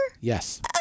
Yes